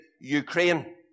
Ukraine